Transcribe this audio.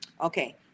Okay